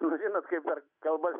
nu žinot kaip dar kalbasi